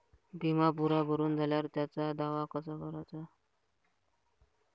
बिमा पुरा भरून झाल्यावर त्याचा दावा कसा कराचा?